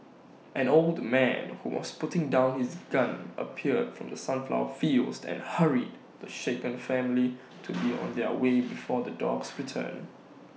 an old man who was putting down his gun appeared from the sunflower fields and hurried the shaken family to be on their way before the dogs return